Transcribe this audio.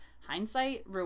hindsight